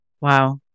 Wow